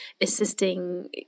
assisting